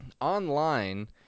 online